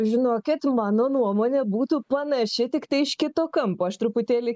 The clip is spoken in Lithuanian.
žinokit mano nuomonė būtų panaši tiktai iš kito kampo aš truputėlį